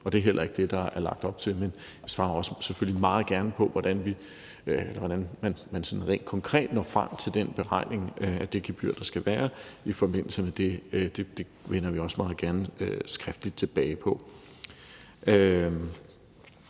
og det er heller ikke det, der er lagt op til. Jeg svarer selvfølgelig også meget gerne på, hvordan man sådan rent konkret når frem til den beregning af det gebyr, der skal være, i forbindelse med det her; det vender vi også meget gerne skriftligt tilbage på.